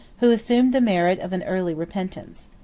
who assumed the merit of an early repentance.